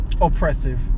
Oppressive